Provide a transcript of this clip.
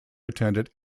attended